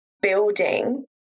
building